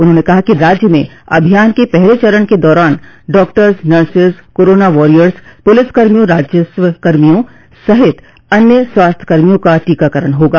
उन्होंने कहा कि राज्य में अभियान के पहले चरण के दौरान डाक्टर्स नर्सेज कोरोना वॉरियर्स पुलिसकर्मियों राजस्वकर्मियों सहित अन्य स्वास्थ्यकमियों का टीकाकरण होगा